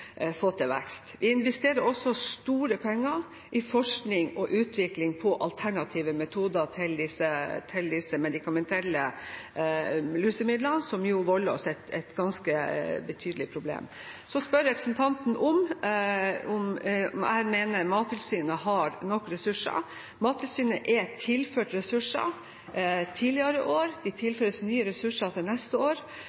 få til vekst. Vi investerer også store penger i forskning og utvikling av alternative metoder til disse medikamentelle lusemidlene, som jo volder oss et ganske betydelig problem. Så spør representanten om jeg mener Mattilsynet har nok ressurser. Mattilsynet er tilført ressurser tidligere år, det tilføres nye ressurser til neste år,